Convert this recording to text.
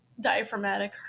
diaphragmatic